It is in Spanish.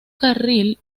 carril